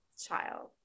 child